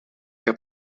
que